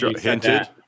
hinted